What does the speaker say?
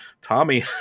Tommy